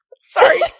Sorry